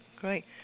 great